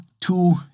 two